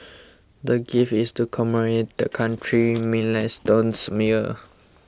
the gift is to commemorate the country's milestones year